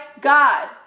God